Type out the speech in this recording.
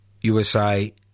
USA